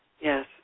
yes